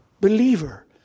believer